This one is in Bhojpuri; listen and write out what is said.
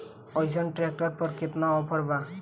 अइसन ट्रैक्टर पर केतना ऑफर बा?